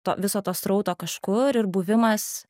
to viso to srauto kažkur ir buvimas